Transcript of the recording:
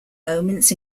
moments